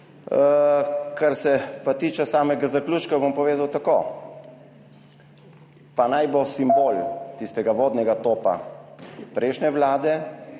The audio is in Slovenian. Kar se pa tiče samega zaključka bom povedal takole. Pa naj bo simbol tistega vodnega topa prejšnje vlade,